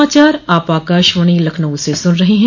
यह समाचार आप आकाशवाणी लखनऊ से सुन रहे हैं